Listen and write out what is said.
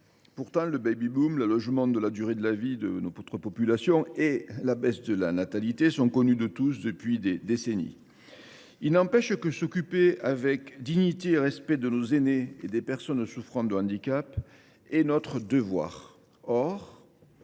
Pourtant, le, l’allongement de la durée de vie de notre population et la baisse de la natalité sont connus de tous depuis des décennies. Il n’empêche que s’occuper avec dignité et respect de nos aînés et des personnes souffrant de handicap est notre devoir.